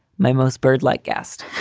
my most birdlike guest.